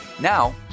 Now